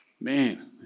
man